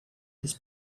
this